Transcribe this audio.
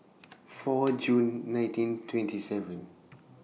four June nineteen twenty seven